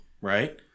Right